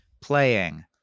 playing